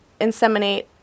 inseminate